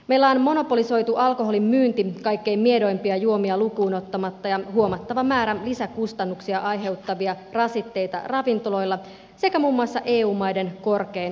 meillä on monopolisoitu alkoholin myynti kaikkein miedoimpia juomia lukuun ottamatta ja meillä on huomattava määrä lisäkustannuksia aiheuttavia rasitteita ravintoloilla sekä muun muassa eu maiden korkein olutvero